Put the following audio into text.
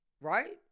Right